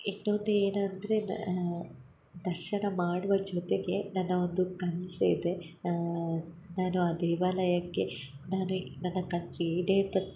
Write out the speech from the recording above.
ಇನ್ನೊಂದು ಏನು ಅಂದರೆ ದರ್ಶನ ಮಾಡುವ ಜೊತೆಗೆ ನನ್ನ ಒಂದು ಕನಸು ಇದೆ ನಾನು ಆ ದೇವಾಲಯಕ್ಕೆ ನಾನು ನನ್ನ ಕನಸು ಈಡೇರ್ತ